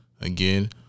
Again